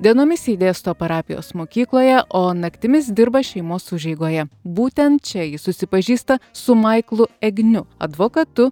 dienomis ji dėsto parapijos mokykloje o naktimis dirba šeimos užeigoje būtent čia ji susipažįsta su maiklu egniu advokatu